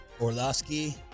Orlowski